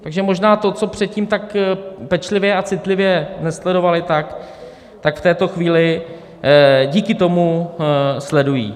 Takže možná to, co předtím tak pečlivě a citlivě nesledovali, tak v této chvíli díky tomu sledují.